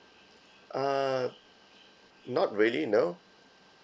uh not really no